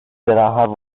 sarah